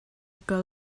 kal